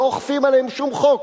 לא אוכפים עליהם שום חוק,